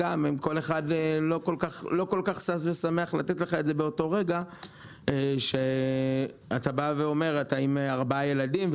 לא כל אחד שש ושמח לתת לך באותו רגע כי אתה עם ארבעה ילדים.